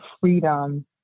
freedom